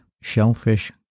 shellfish